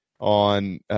on